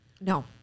No